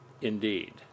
indeed